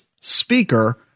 speaker